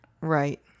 Right